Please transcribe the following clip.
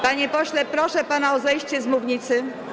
Panie pośle, proszę pana o zejście z mównicy.